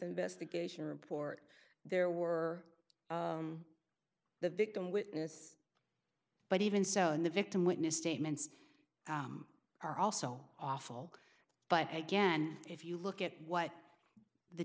investigation report there were the victim witness but even so the victim witness statements are also awful but again if you look at what the